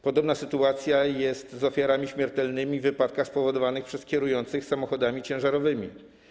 Podobna sytuacja dotyczy ofiar śmiertelnych w wypadkach spowodowanych przez kierujących samochodami ciężarowymi.